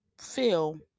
feel